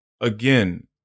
again